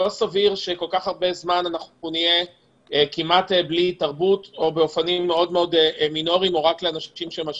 לא סביר שכל כך הרבה זמן אנחנו נהיה בלי תרבות או רק לאנשים שהם עשירים.